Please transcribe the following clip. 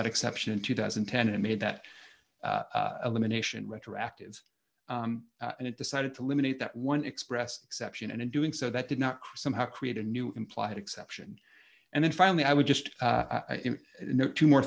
that exception in two thousand and ten and made that elimination retroactive and it decided to eliminate that one express exception and in doing so that did not somehow create a new implied exception and then finally i would just note two more